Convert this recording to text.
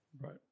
Right